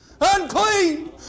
unclean